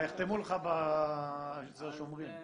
יחתמו לך אצל השומרים.